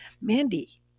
Mandy